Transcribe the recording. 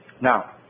Now